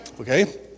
Okay